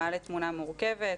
מעלה תמונה מורכבת,